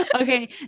Okay